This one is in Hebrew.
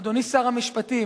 אדוני שר המשפטים,